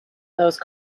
those